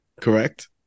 Correct